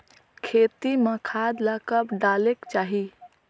खेती म खाद ला कब डालेक चाही?